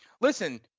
Listen